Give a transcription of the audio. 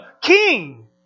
King